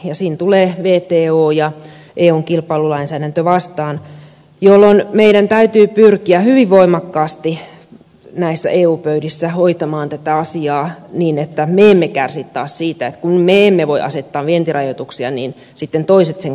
siinä tulevat wto ja eun kilpailulainsäädäntö vastaan jolloin meidän täytyy pyrkiä hyvin voimakkaasti näissä eu pöydissä hoitamaan tätä asiaa niin että me emme kärsi taas siitä että kun me emme voi asettaa vientirajoituksia niin sitten toiset sen kuitenkin tekevät